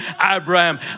Abraham